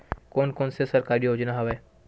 कोन कोन से सरकारी योजना हवय?